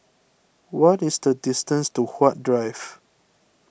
what is the distance to Huat Drive